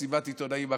מסיבת עיתונאים אחרת,